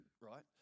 right